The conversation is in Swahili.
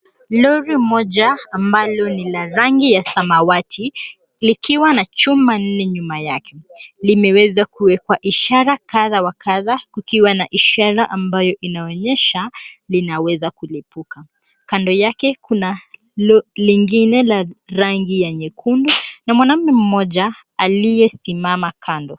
Lori moja ambalo lina rangi ya samawati likiwa na chuma nne nyuma yake, limeweza kuwekwa ishara kadhaa wa kadhaa ikiwa na ishara ambayo inaonyesha lina weza kulipuka kando yake, kuna lori lingine la rangi ya nyekundu na mwanaume mmoja aliyesimama kando.